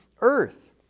earth